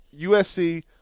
USC